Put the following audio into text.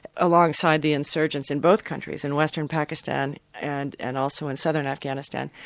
alongside the insurgents in both countries, in western pakistan and and also in southern afghanistan,